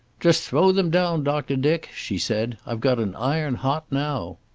just throw them down, doctor dick, she said. i've got an iron hot now.